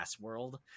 world